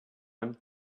him